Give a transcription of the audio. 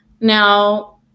Now